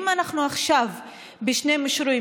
אם לא נפעל עכשיו בשני מישורים,